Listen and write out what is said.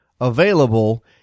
available